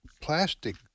plastic